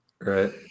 Right